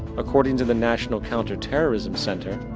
according to the national counter-terrorism center,